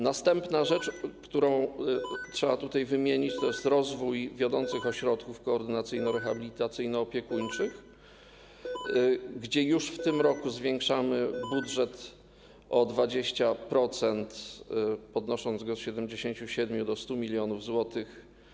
Następną rzeczą, którą trzeba wymienić, jest rozwój wiodących ośrodków koordynacyjno-rehabilitacyjno-opiekuńczych, gdzie już w tym roku zwiększamy budżet o 20%, podnosząc go z 77 mln zł do 100 mln zł.